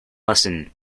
listen